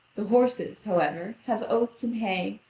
the horses, however, have oats and hay,